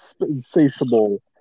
Insatiable